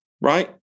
right